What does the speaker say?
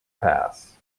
pass